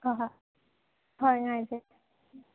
ꯍꯣꯏ ꯍꯣꯏ ꯍꯣꯏ ꯉꯥꯏꯖꯒꯦ